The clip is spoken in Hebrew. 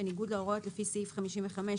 בניגוד להוראות לפי סעיף 55א1א(א);""